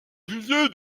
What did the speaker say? lignée